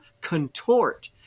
contort